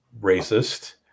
racist